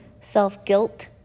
self-guilt